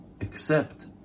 accept